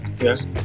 Yes